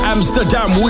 Amsterdam